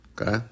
Okay